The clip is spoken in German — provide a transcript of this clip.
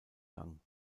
gang